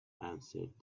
answered